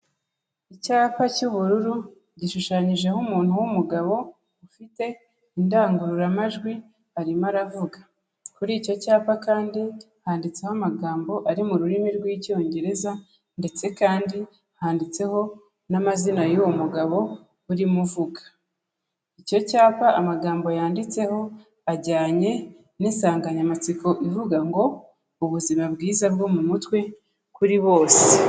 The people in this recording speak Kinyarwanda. Icyapa cy'ubururu gishushanyijeho umuntu w'umugabo ufite indangururamajwi arimo aravuga. Kuri icyo cyapa kandi handitseho amagambo ari mu rurimi rw'Icyongereza, ndetse kandi handitseho n'amazina y'uwo mugabo urimo uvuga. Icyo cyapa, amagambo yanditseho ajyanye n'insanganyamatsiko ivuga ngo: "Ubuzima bwiza bwo mu mutwe kuri bose."